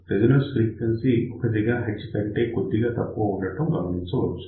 resonance frequency 1 GHz కంటే కొద్దిగా తక్కువ ఉండడం గమనించవచ్చు